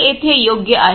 हे येथे योग्य आहे